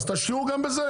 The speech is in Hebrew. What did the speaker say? אז תשקיעו גם בזה,